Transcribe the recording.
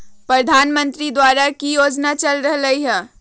प्रधानमंत्री द्वारा की की योजना चल रहलई ह?